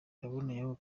yaboneyeho